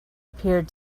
appeared